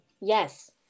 Yes